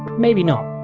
maybe not.